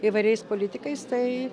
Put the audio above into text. įvairiais politikais tai